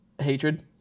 hatred